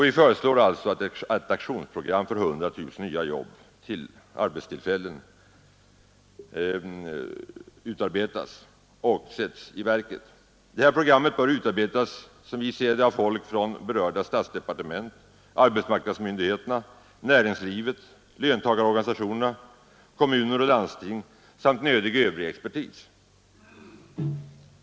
Vi föreslår alltså att ett aktionsprogram för 100 000 nya arbetstillfällen utarbetas och sätts i verket. Programmet bör utarbetas, som vi ser det, av folk från berörda statsdepartement, arbetsmarknadsmyndigheterna, näringslivet, löntagarorganisationerna, kommuner och landsting samt nödig övrig expertis.